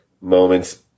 moments